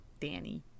danny